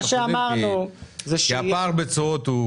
מה שאמרנו כניסה מדורגת,